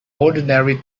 ordinary